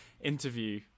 interview